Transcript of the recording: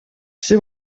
все